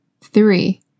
three